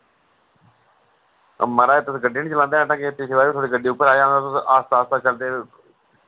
ओ माराज तुस गड्डी नि चलांदे है ढंगै दी पिछले बारी बी थोआड़ी गड्डी उप्पर आया हा तुस आस्ता आस्ता चलदे